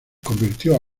convirtió